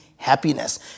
Happiness